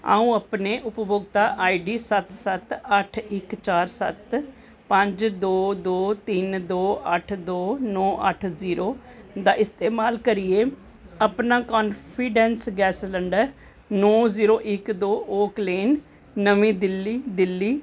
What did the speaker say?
अ'ऊं अपने उपभोगता आईडी सत्त सत्त अट्ठ इक चार सत्त पंज दो दो तिन दो अट्ठ दो नौ अट्ठ जीरो दा इस्तेमाल करियै अपना कान्फिडैंस गैस सलैंडर नौ जीरो इक दो ओ क्लेम नमीं दिल्ली दिल्ली